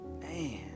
Man